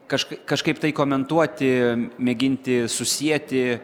kažk kažkaip tai komentuoti mėginti susieti